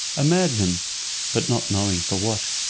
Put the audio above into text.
a madman but not knowing for what.